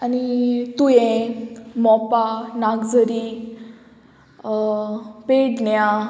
आनी तुयें मोपा नागजरी पेडण्यां